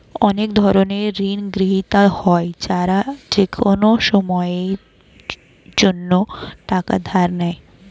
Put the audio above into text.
অনেক ধরনের ঋণগ্রহীতা হয় যারা যেকোনো সময়ের জন্যে টাকা ধার নেয়